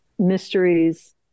mysteries